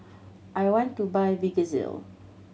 I want to buy Vagisil